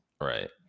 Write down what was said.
Right